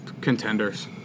Contenders